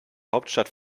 hauptstadt